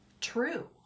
true